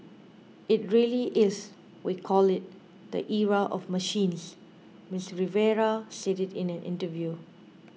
it really is we call it the era of machines Miss Rivera said it in an interview